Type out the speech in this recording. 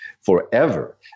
forever